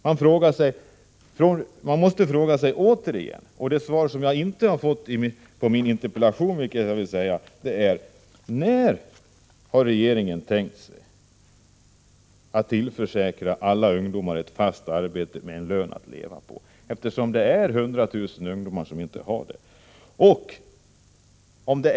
Man måste återigen fråga sig — jag har ställt samma fråga i min interpellation, men jag har inte fått något svar: När har regeringen tänkt sig att tillförsäkra alla ungdomar ett fast jobb med en lön att leva på? Det finns ju 100 000 ungdomar som inte har något sådant arbete.